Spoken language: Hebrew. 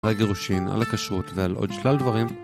על גירושין, על הכשרות ועל עוד שלל דברים